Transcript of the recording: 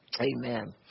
amen